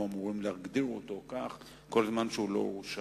אמורים להגדיר אותו כך כל זמן שהוא לא הורשע.